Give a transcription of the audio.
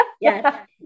yes